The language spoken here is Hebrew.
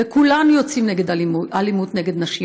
וכולם יוצאים נגד אלימות נגד נשים.